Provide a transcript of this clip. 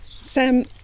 Sam